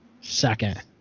second